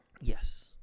Yes